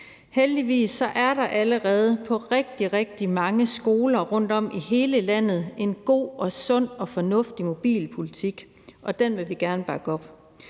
Heldigvis er der allerede på rigtig, rigtig mange skoler rundtom i hele landet en god, sund og fornuftig mobilpolitik, og den vil vi gerne bakke op.